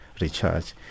recharge